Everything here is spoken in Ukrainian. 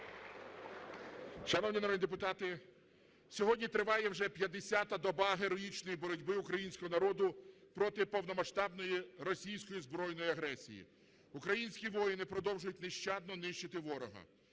Шановні народні депутати, сьогодні триває вже 50-а доба героїчної боротьби українського народу проти повномасштабної російської збройної агресії. Українські воїни продовжують нещадно нищити ворога.